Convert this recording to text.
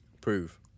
prove